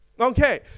Okay